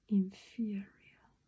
inferior